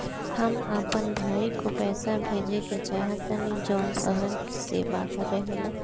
हम अपन भाई को पैसा भेजे के चाहतानी जौन शहर से बाहर रहेला